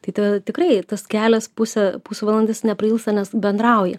tai tada tikrai tas kelias pusė pusvalandis neprailgsta nes bendrauji